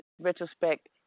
retrospect